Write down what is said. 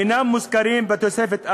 אינם מוזכרים בתוספת א',